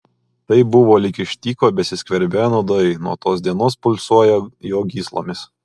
tai buvo lyg iš tyko besiskverbią nuodai nuo tos dienos pulsuoją jo gyslomis